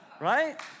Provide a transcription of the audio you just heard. right